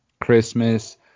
Christmas